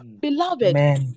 Beloved